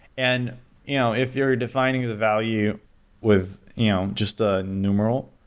and you know if you're defining value with you know just a numeral,